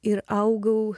ir augau